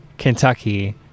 Kentucky